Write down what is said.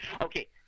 Okay